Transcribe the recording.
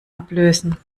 ablösen